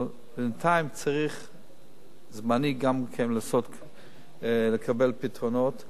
אבל בינתיים צריך זמנית גם לקבל פתרונות.